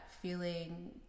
feeling